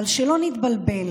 אבל שלא נתבלבל.